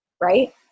right